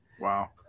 Wow